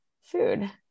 food